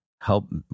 help